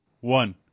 One